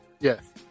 Yes